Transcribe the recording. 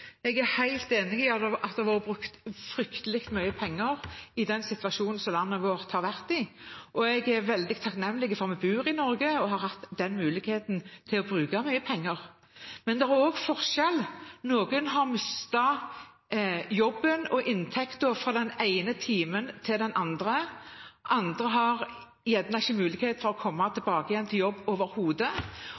Jeg er helt enig i at det har vært brukt fryktelig mye penger i den situasjonen som landet vårt har vært i, og jeg er veldig takknemlig for at vi som bor i Norge, har hatt den muligheten til å bruke mye penger. Men det er også forskjeller. Noen har mistet jobb og inntekt fra den ene timen til den andre. Andre har kanskje ikke mulighet for å komme tilbake i jobb overhodet.